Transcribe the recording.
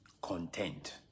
content